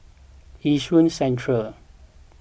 Yishun Central